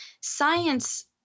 science